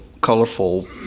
colorful